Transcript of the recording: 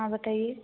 और बताइए